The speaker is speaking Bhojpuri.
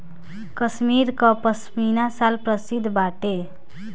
कश्मीर कअ पशमीना शाल प्रसिद्ध बाटे